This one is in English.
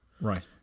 right